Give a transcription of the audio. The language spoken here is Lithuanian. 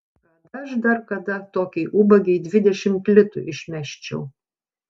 kad aš dar kada tokiai ubagei dvidešimt litų išmesčiau